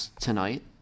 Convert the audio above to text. tonight